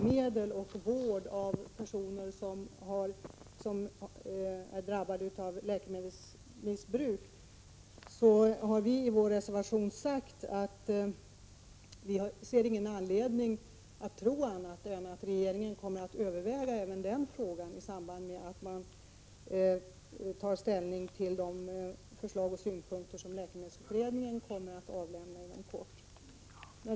Herr talman! Som jag sade i mitt inledningsanförande i fredags förmiddag angående frågan om läkemedel och vård för personer som missbrukar läkemedel, har vi i vår reservation sagt att vi inte ser någon anledning att tro annat än att regeringen kommer att överväga även denna fråga i samband med att den tar ställning till de olika förslag och synpunkter som läkemedelsutredningen kommer att avlämna inom kort.